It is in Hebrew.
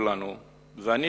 של כולנו,